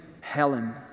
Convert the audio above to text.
Helen